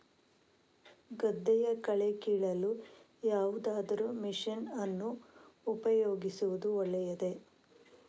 ಗದ್ದೆಯ ಕಳೆ ಕೀಳಲು ಯಾವುದಾದರೂ ಮಷೀನ್ ಅನ್ನು ಉಪಯೋಗಿಸುವುದು ಒಳ್ಳೆಯದೇ?